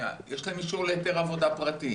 יש להם אישור להיתר עבודה פרטית,